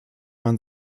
man